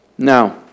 Now